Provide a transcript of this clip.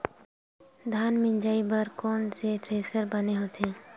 धान मिंजई बर कोन से थ्रेसर बने होथे?